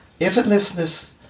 Effortlessness